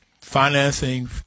financing